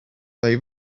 they